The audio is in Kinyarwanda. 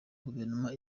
guverinoma